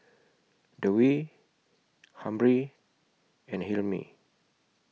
Dewi Amrin and Hilmi